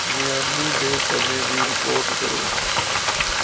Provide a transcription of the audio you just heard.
Miami ਦੇ ਸਮੇਂ ਦੀ ਰਿਪੋਰਟ ਕਰੋ